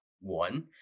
one